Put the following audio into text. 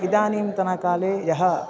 इदानीन्तनकाले यः